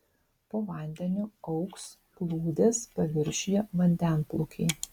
po vandeniu augs plūdės paviršiuje vandenplūkiai